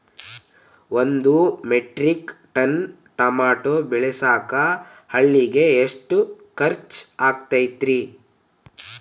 ಒಂದು metric ton tomato ಬೆಳಸಾಕ್ ಆಳಿಗೆ ಎಷ್ಟು ಖರ್ಚ್ ಆಕ್ಕೇತ್ರಿ?